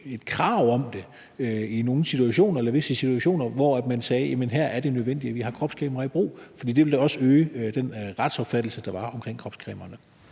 et krav om, at man i visse situationer sagde: Her er det nødvendigt, at vi har kropskameraer i brug. For det ville da også styrke den retsopfattelse, der var omkring kropskameraer.